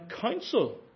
council